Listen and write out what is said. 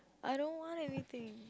I don't want anything